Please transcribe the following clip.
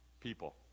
people